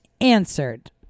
answered